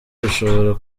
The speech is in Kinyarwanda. bishobora